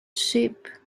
sheep